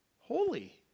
holy